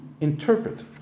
interpret